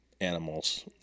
animals